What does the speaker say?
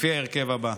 לפי ההרכב הזה.